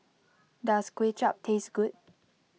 does Kway Chap taste good